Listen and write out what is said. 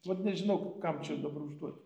vat nežinau kam čia dabar užduot